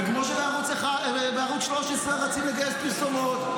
וכמו שערוץ 13 רצים לגייס פרסומות,